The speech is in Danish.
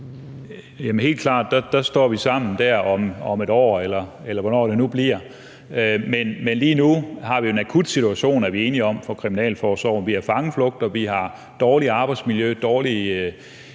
helt klart sammen om et år, eller hvornår det nu bliver. Men lige nu har vi jo en akut situation – det er vi enige om – for Kriminalforsorgen. Vi har fangeflugter, vi har dårligt arbejdsmiljø, dårlige